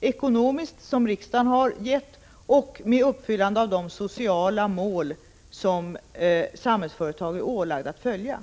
ekonomiska ramar som riksdagen har angett och med uppfyllande av de sociala mål som Samhällsföretag har ålagts att följa.